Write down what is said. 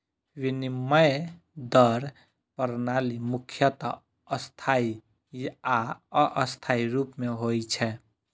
विनिमय दर प्रणाली मुख्यतः स्थायी आ अस्थायी रूप मे होइ छै